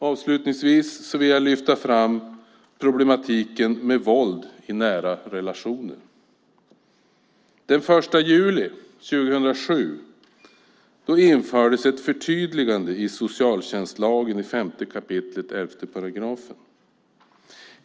Avslutningsvis vill jag lyfta fram problematiken med våld i nära relationer. Den 1 juli 2007 infördes ett förtydligande i socialtjänstlagen i 5 kap. 11 §.